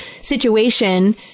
situation